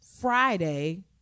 Friday